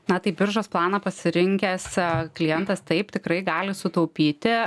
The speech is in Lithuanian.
na tai biržos planą pasirinkęs klientas taip tikrai gali sutaupyti